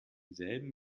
selben